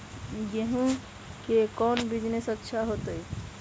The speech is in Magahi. गेंहू के कौन बिजनेस अच्छा होतई?